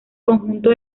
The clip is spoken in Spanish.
conjunto